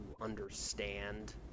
understand